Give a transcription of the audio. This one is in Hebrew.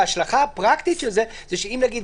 וההשלכה הפרקטית של זה שאם היום,